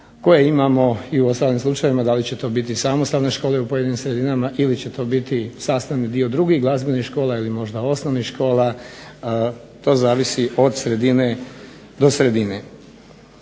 koje imamo i u ostalim slučajevima. Da li će to biti samostalne škole u pojedinim sredinama ili će to biti sastavni dio drugih glazbenih škola ili možda osnovnih škola, to zavisi od sredine do sredine.